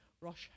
Rosh